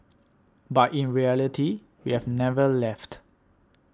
but in reality we've never left